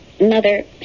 mother